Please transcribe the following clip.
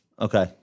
Okay